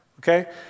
Okay